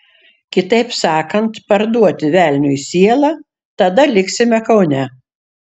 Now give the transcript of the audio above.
kitaip sakant parduoti velniui sielą tada liksime kaune